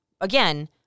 again